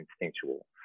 instinctual